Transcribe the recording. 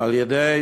על-ידי